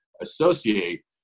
associate